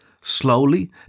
slowly